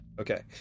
okay